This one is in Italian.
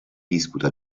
disputa